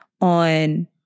on